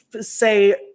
say